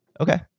Okay